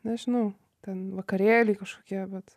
nežinau ten vakarėliai kažkokie vat